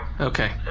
Okay